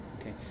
Okay